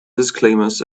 disclaimers